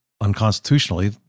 unconstitutionally